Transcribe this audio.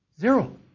Zero